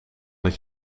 het